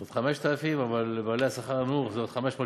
עוד 5,000, אבל לבעלי השכר הנמוך זה עוד 500 שקל.